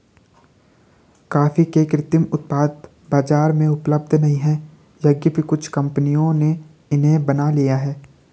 coffee के कृत्रिम उत्पाद बाजार में उपलब्ध नहीं है यद्यपि कुछ कंपनियों ने इन्हें बना लिया है